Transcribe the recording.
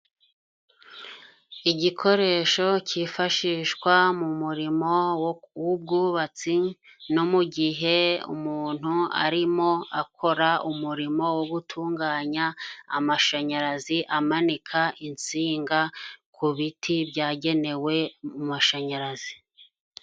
Igikoresho cyifashishwa mu murimo w'ubwubatsi no mu gihe umuntu arimo akora umurimo wo gutunganya amashanyarazi, amanika insinga ku biti byagenewe amashanyarazi.